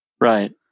Right